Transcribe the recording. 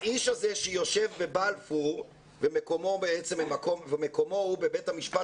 האיש הזה שיושב בבלפור ומקומו הוא בבית המשפט